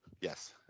Yes